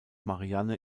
marianne